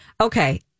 okay